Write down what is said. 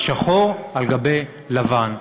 שחור על גבי לבן.